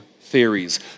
theories